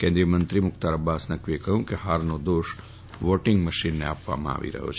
કેન્દ્રીય મંત્રી મુખ્તાર અબ્બાસ નકવીએ કહ્યું કે હારનો દોષ વોટીંગ મશીનને આપે છે